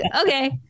Okay